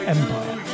Empire